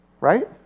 right